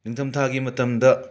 ꯅꯤꯡꯊꯝꯊꯥꯒꯤ ꯃꯇꯝꯗ